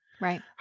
Right